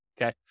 okay